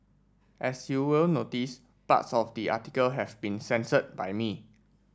as you will notice parts of the article have been censored by me